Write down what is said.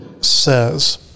says